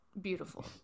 beautiful